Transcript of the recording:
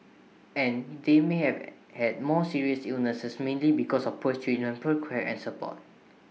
and they may have had more serious illnesses mainly because of poor treatment poor care and support